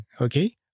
Okay